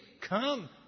Come